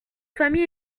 famille